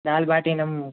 દાળબાટી ને